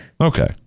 Okay